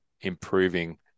improving